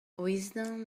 wisdom